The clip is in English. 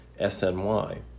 SNY